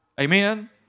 Amen